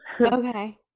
Okay